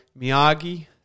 Miyagi